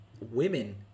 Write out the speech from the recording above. Women